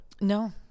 No